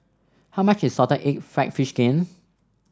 how much is Salted Egg fried fish skin